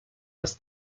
das